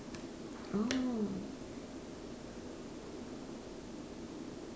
orh